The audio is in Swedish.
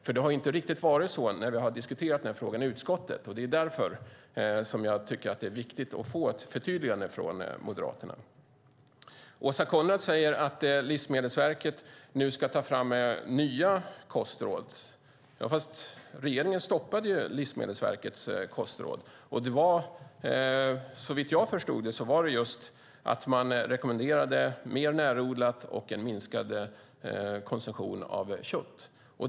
Det har nämligen inte riktigt varit så när vi har diskuterat frågan i utskottet, och det är därför jag tycker att det är viktigt att få ett förtydligande från Moderaterna. Åsa Coenraads säger att Livsmedelsverket nu ska ta fram nya kostråd. Fast regeringen stoppade ju Livsmedelsverkets kostråd, och såvitt jag förstod var det just att man rekommenderade mer närodlat och en minskad konsumtion av kött.